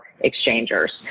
exchangers